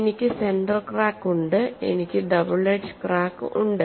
എനിക്ക് centre crack ഉണ്ട് എനിക്ക് ഡബിൾ എഡ്ജ് ക്രാക്ക് ഉണ്ട്